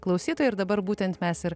klausytojai ir dabar būtent mes ir